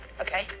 Okay